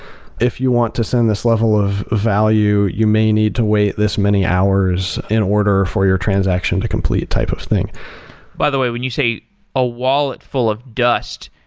if you want to send this level of value, you may need to wait this many hours in order for your transaction to complete, type of thing by the way, when you say a wallet full of dust,